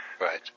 Right